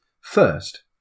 First